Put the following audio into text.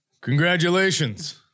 congratulations